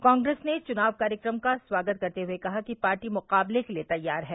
कांग्रेस ने चुनाव कार्यक्रम का स्वागत करते हुए कहा कि पार्टी मुकाबले के लिए तैयार है